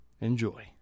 Enjoy